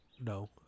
No